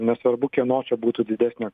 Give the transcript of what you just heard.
nesvarbu kieno čia būtų didesnė